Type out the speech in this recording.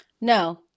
No